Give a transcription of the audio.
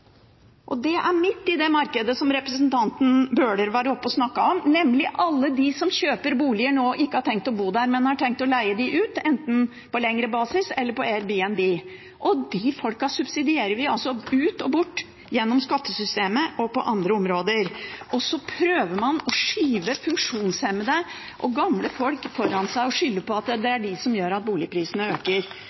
bygges. Det er midt i det markedet som representanten Bøhler snakket om, nemlig at alle de som kjøper boliger nå, ikke har tenkt å bo der, men har tenkt å leie dem ut, enten på lengre basis eller gjennom Airbnb, og de folkene subsidierer vi altså gjennom skattesystemet og på andre områder. Og så prøver man å skyve funksjonshemmede og gamle folk foran seg og skylder på at det er de som gjør at